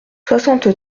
soixante